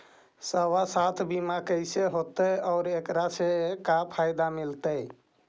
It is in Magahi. सवासथ बिमा कैसे होतै, और एकरा से का फायदा मिलतै?